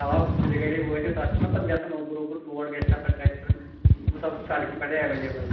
تھاوہو سُلہِ گرے وٲلِتھ اتھ چھُنہٕ پتہٕ گژھان اوٚبُر ووٚبُر تور گژھیٛا پتہٕ تریٚکٹر یہِ گوٚس آسُن سڑکہِ پیٚٹھٕے ایویلیبٕل